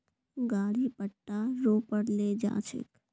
गाड़ी पट्टा रो पर ले जा छेक